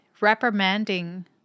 reprimanding